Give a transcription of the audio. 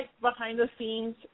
behind-the-scenes